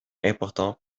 important